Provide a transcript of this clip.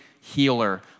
healer